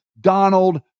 Donald